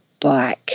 bike